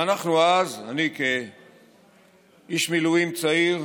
ואנחנו אז, אני כאיש מילואים צעיר,